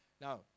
Now